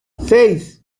seis